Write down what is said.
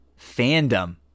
fandom